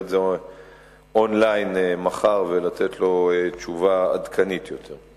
את זה און-ליין מחר ולתת לו תשובה עדכנית יותר.